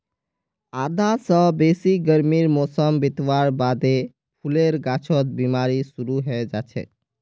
आधा स बेसी गर्मीर मौसम बितवार बादे फूलेर गाछत बिमारी शुरू हैं जाछेक